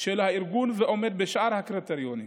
של הארגון ושעומד בשאר הקריטריונים.